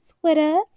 twitter